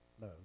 No